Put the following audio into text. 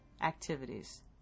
activities